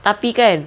tapi kan